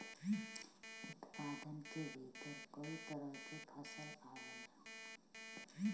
उत्पादन के भीतर कई तरह के फसल आवला